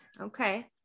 Okay